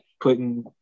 putting